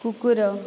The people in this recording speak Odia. କୁକୁର